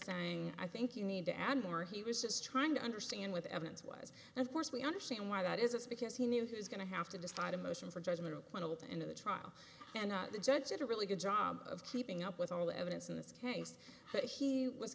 saying i think you need to add more he was just trying to understand with the evidence was of course we understand why that is because he knew he was going to have to decide a motion for judgment of acquittal to end of the trial and not the judge at a really good job of keeping up with all the evidence in this case but he was